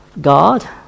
God